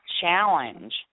challenge